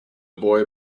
boy